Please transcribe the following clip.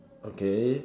okay